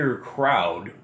crowd